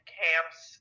camps